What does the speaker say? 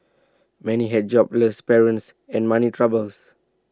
many had jobless parents and money troubles